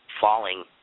falling